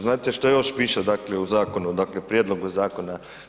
Znate što još piše dakle u zakonu, dakle prijedlogu zakona?